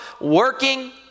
working